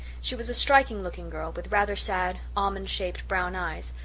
she was a striking-looking girl, with rather sad, almond-shaped brown eyes,